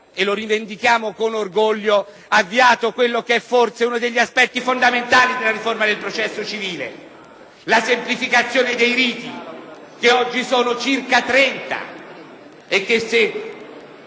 e lo rivendichiamo con orgoglio - quello che è forse uno dei passaggi fondamentali della riforma del processo civile, la semplificazione dei riti, che oggi sono circa trenta e che, se